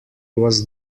was